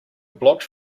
blocked